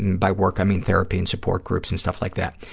by work i mean therapy and support groups and stuff like that,